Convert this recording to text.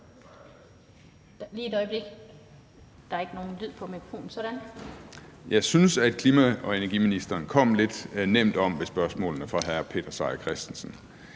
Jeg synes, at klima-, energi- og forsyningsministeren kom lidt nemt om ved spørgsmålene fra hr. Peter Seier Christensen.